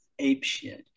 apeshit